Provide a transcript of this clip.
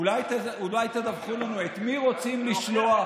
אולי תדווחו לנו את מי רוצים לשלוח,